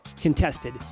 contested